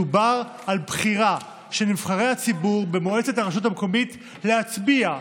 מדובר על בחירה של נבחרי הציבור במועצת הרשות המקומית להצביע,